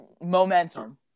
momentum